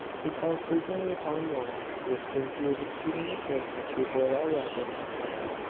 he called frequently upon mona, with whom he was exceedingly careful to avoid all reference to powart,